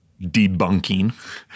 debunking